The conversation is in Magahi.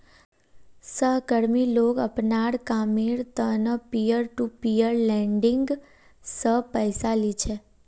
सहकर्मी लोग अपनार कामेर त न पीयर टू पीयर लेंडिंग स पैसा ली छेक